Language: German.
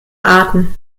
arten